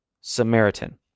Samaritan